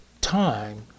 time